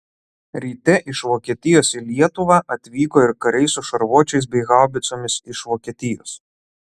ryte iš vokietijos į lietuvą atvyko ir kariai su šarvuočiais bei haubicomis iš vokietijos